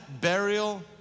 burial